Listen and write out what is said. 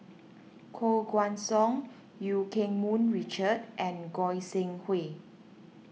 Koh Guan Song Eu Keng Mun Richard and Goi Seng Hui